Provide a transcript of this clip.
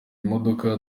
imodoka